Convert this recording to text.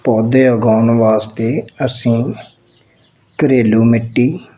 ਪੌਦੇ ਉਗਾਉਣ ਵਾਸਤੇ ਅਸੀਂ ਘਰੇਲੂ ਮਿੱਟੀ